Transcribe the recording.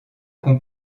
qu’on